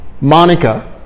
Monica